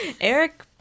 eric